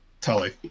Tully